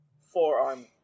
forearm